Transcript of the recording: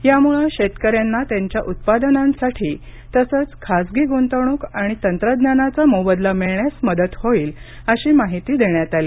यामुळं शेतकर्यांरना त्यांच्या उत्पादनांसाठी तसेच खासगी गुंतवणूक आणि तंत्रज्ञानाचा मोबदला मिळण्यास मदत होईल अशी माहिती देण्यात आली